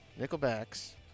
Nickelback's